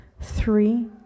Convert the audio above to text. Three